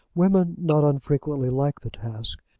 women not unfrequently like the task.